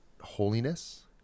holiness